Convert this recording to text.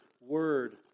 Word